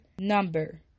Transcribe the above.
number